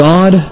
God